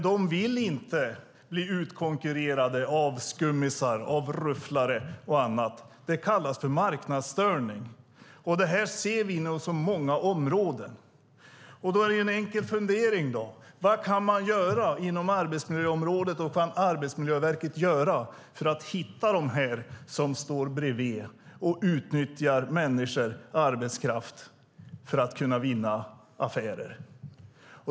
De vill inte bli utkonkurrerade av skummisar, rufflare eller andra. Det kallas marknadsstörning, och det ser vi nu på många områden. En enkel fundering är då: Vad kan man göra inom arbetsmiljöområdet och från Arbetsmiljöverkets sida för att hitta dem som står bredvid och utnyttjar människor, arbetskraft, för att kunna vinna affärer?